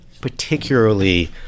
particularly